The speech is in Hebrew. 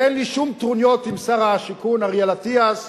ואין לי שום טרוניות אל שר השיכון אריאל אטיאס,